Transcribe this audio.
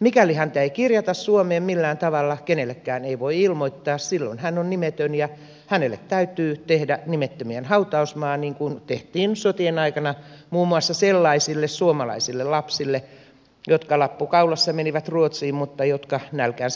mikäli häntä ei kirjata suomeen millään tavalla kenellekään ei voi ilmoittaa ja silloin hän on nimetön ja hänelle täytyy tehdä nimettömien hautausmaa niin kuin tehtiin sotien aikana muun muassa sellaisille suomalaisille lapsille jotka lappu kaulassa menivät ruotsiin mutta jotka